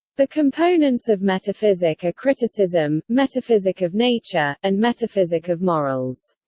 the components of metaphysic are criticism, metaphysic of nature, and metaphysic of morals.